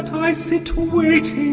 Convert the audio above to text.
i sit waiting